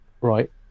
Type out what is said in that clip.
Right